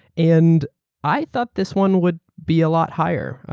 and i thought this one would be a lot higher,